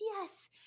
yes